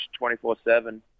24/7